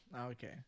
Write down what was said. okay